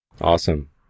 Awesome